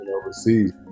Overseas